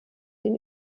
den